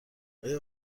آیا